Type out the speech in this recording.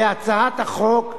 בהצעת החוק,